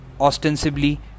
ostensibly